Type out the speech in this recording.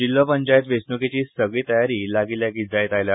जिल्लो पंचायत वेचणूकेची सगळी तयारी लागी लागी जायत आयल्या